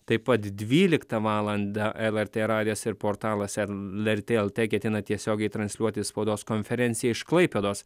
taip pat dvyliktą valandą lrt radijas ir portalas lrt lt ketina tiesiogiai transliuoti spaudos konferenciją iš klaipėdos